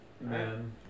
Man